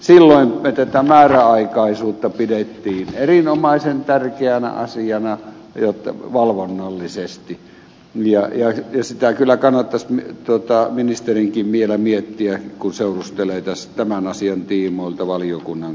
silloin me tätä määräaikaisuutta pidimme erinomaisen tärkeänä asiana valvonnallisesti ja sitä kyllä kannattaisi ministerinkin vielä miettiä kun seurustelee tämän asian tiimoilta valiokunnan kanssa